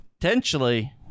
potentially